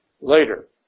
later